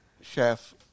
chef